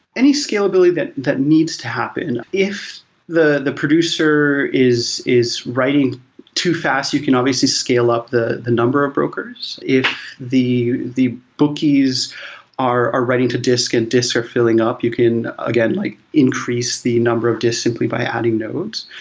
any scalability that that needs to happen, if the the producer is is writing too fast, you can obviously scale up the the number of brokers. if the the bookies are are writing to disk and disks are filling up, you can again, like increase the number of disks simply by adding nodes.